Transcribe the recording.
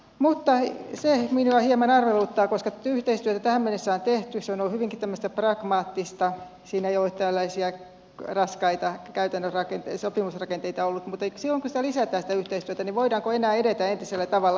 mutta se minua hieman arveluttaa että kun yhteistyötä tähän mennessä on tehty ja se on ollut hyvinkin tämmöistä pragmaattista siinä ei ole tällaisia raskaita käytännön rakenteita sopimusrakenteita ollut niin silloin kun lisätään sitä yhteistyötä voidaanko enää edetä entisellä tavalla